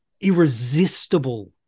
irresistible